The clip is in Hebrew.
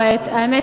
האמת,